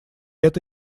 это